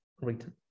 written